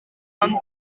ond